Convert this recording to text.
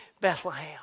Bethlehem